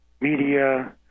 media